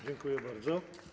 Dziękuję bardzo.